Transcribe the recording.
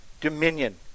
dominion